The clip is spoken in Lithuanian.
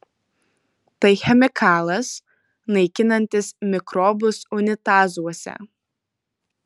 tai chemikalas naikinantis mikrobus unitazuose